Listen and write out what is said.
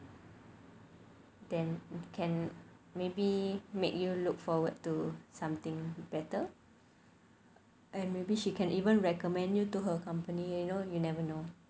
then can maybe made you look forward to something better and maybe she can even recommend you to her company you know you never know